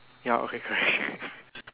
ya okay correct